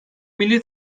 milli